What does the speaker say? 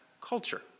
culture